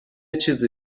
چیزی